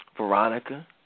Veronica